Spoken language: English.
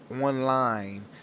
online